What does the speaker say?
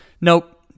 Nope